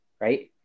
right